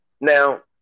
Now